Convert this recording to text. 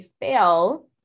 fail